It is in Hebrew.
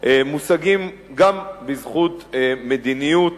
מושגים גם בזכות מדיניות